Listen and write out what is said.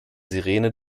sirene